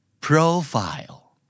profile